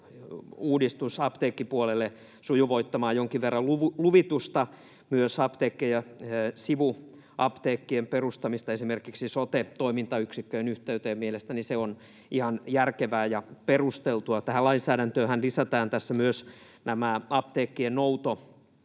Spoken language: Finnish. uudistus apteekkipuolelle sujuvoittamaan jonkin verran luvitusta, myös apteekkien ja sivuapteekkien perustamista esimerkiksi sote-toimintayksikköjen yhteyteen. Mielestäni se on ihan järkevää ja perusteltua. Tähän lainsäädäntöönhän lisätään tässä myös apteekkien